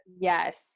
Yes